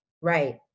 Right